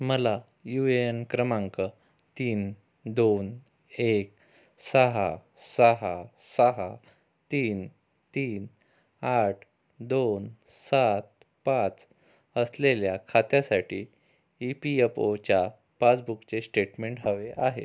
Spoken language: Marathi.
मला यू ए एन क्रमांक तीन दोन एक सहा सहा सहा तीन तीन आठ दोन सात पाच असलेल्या खात्यासाठी ई पी एप ओच्या पासबुकचे स्टेटमेंट हवे आहे